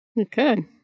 Okay